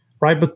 right